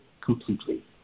completely